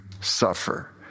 suffer